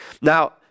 Now